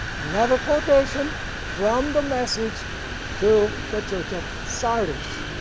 another quotation from the message to the church of sardis.